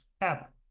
app